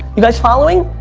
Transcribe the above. you guys following?